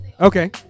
Okay